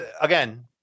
again